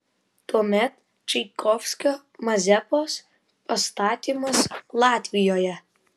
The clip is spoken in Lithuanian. tuomet čaikovskio mazepos pastatymas latvijoje